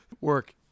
work